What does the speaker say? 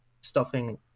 stopping